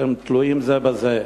שתלויים זה בזה.